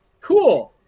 cool